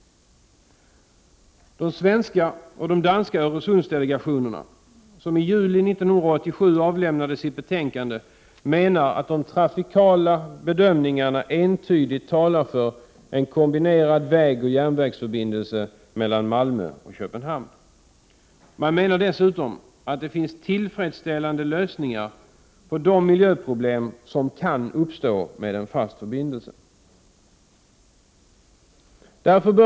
De svenska och danska Öresundsdelegationerna, som i juli 1987 avlämnade sitt betänkande, menar att de trafikala bedömningarna entydigt talar för en kombinerad vägoch järnvägsförbindelse mellan Malmö och Köpenhamn. Man menar dessutom att det finns tillfredsställande lösningar på de miljöproblem som kan uppstå med en fast förbindelse.